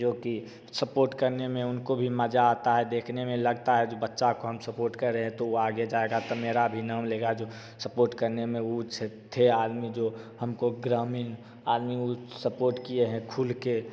जो कि सपोर्ट करने में उनको भी मजा आता है देखनें में लगता है जो बच्चा को हम सपोर्ट कर रहें है तो वो आगे जाएगा तो मेरा भी नाम लेगा जो सपोर्ट करनें में उज थे आदमी जो हमको ग्रामीण आदमी वो सपोर्ट किए हैं खुल कर